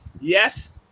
yes